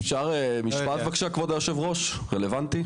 אפשר משפט בבקשה כבוד יושב הראש, רלוונטי.